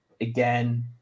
Again